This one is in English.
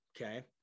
okay